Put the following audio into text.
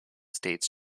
states